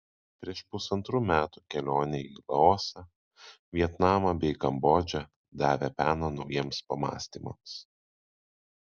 prieš pusantrų metų kelionė į laosą vietnamą bei kambodžą davė peno naujiems pamąstymams